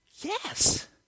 Yes